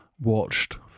watched